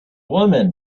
woman